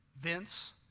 vince